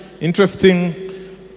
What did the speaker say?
interesting